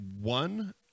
One